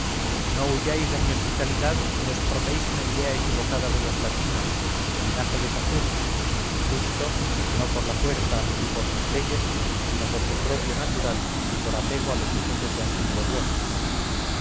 no huyáis de mi hospitalidad ni os forméis una idea equivocada de los latinos linaje de saturno justo no por la fuerza ni por las leyes sino por su propio natural y por apego a los usos de su antiguo dios